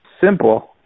Simple